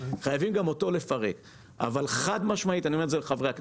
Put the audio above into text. חייבים גם אותו לפרק.